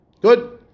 Good